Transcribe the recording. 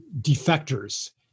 defectors